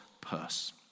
Purse